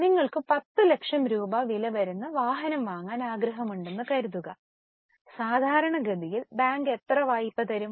നിങ്ങൾക്ക് 10 ലക്ഷം രൂപ വില വരുന്ന വാഹനം വാങ്ങാൻ ആഗ്രഹമുണ്ടെന്ന് കരുതുക സാധാരണഗതിയിൽ ബാങ്ക് എത്ര വായ്പ തരും